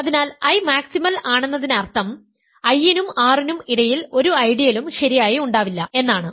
അതിനാൽ I maximal ആണെന്നതിനർത്ഥം I നും R നും ഇടയിൽ ഒരു ഐഡിയലും ശരിയായി ഉണ്ടാവില്ല എന്നാണ്